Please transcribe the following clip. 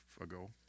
ago